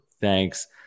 thanks